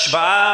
השוואה,